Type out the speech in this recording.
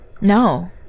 No